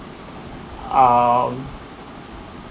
um